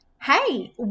hey